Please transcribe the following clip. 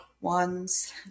ones